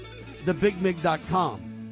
TheBigMig.com